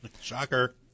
Shocker